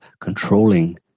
controlling